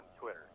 Twitter